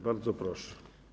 Bardzo proszę.